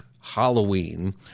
Halloween